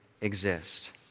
exist